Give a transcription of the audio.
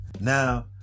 Now